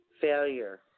failure